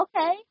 okay